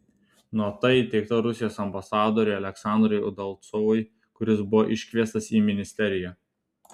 nota įteikta rusijos ambasadoriui aleksandrui udalcovui kuris buvo iškviestas į ministeriją